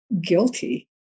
guilty